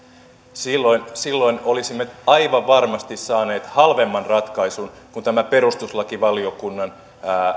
silloin silloin olisimme aivan varmasti saaneet halvemman ratkaisun kuin tämä perustuslakivaliokunnan